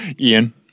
ian